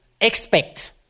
expect